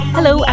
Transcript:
Hello